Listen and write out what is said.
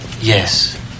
Yes